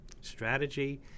strategy